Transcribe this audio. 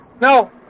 No